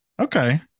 Okay